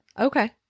Okay